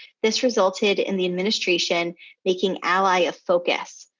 this resulted in the administration making ally a focus.